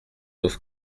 sauf